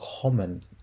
common